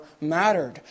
mattered